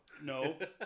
No